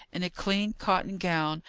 in a clean cotton gown,